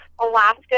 Alaska